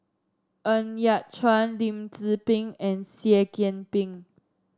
Ng Yat Chuan Lim Tze Peng and Seah Kian Peng